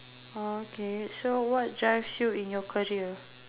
oh okay so what drives you in your career